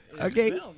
Okay